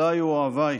אהביך.